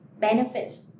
benefits